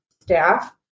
staff